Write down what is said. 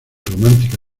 romántica